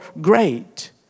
great